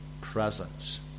presence